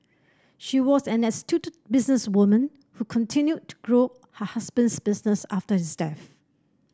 she was an astute businesswoman who continued to grow her husband's business after his death